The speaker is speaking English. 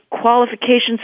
qualifications